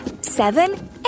seven